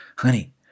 honey